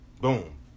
Boom